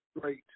great –